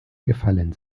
gefallen